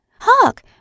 Hark